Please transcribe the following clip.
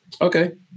Okay